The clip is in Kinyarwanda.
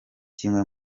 kimwe